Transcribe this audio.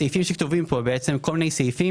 הסעיפים שכתובים פה בעצם זה כל מיני סעיפים